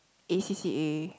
A_C_C_A